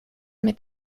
mit